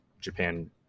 japan